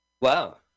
wow